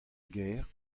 gêr